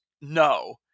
no